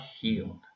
healed